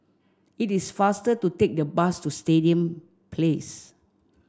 it is faster to take the bus to Stadium Place